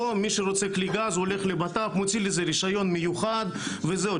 מי שרוצה כלי גז הולך לבט"פ ומוציא לזה רישיון מיוחד וזהו,